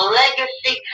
legacy